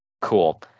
Cool